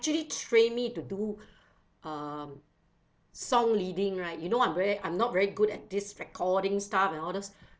train me to do um song leading right you know I'm very I'm not very good at this recording stuff and all this